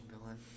villain